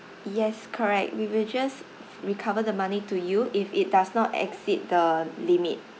yes correct we will just recover the money to you if it does not exceed the limit